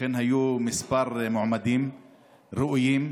אכן היו כמה מועמדים ראויים,